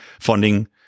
funding